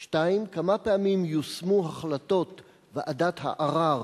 2. כמה פעמים יושמו החלטות ועדת הערר